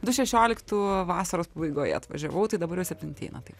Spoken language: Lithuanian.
du šešioliktų vasaros pabaigoje atvažiavau tai dabar jau septinti eina taip